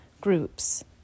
groups